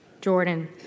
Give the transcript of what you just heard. Jordan